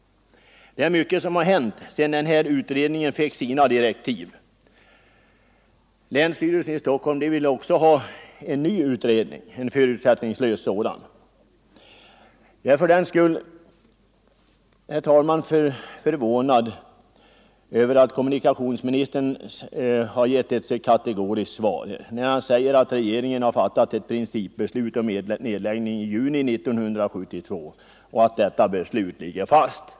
Mycket har hänt sedan denna utredning fick sina direktiv. Länsstyrelsen i Stockholm vill också ha en ny, förutsättningslös utredning, och jag är därför förvånad över att kommunikationsministern gett ett så kategoriskt svar. Han säger att regeringen i juni 1972 fattade ett principbeslut om nedläggning av Bromma flygplats och att detta beslut ligger fast.